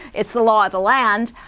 it's the law of the land,